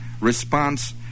response